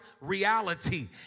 reality